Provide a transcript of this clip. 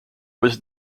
was